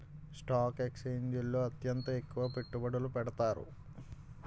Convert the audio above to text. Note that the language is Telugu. స్టాక్ ఎక్స్చేంజిల్లో అత్యంత ఎక్కువ పెట్టుబడులు పెడతారు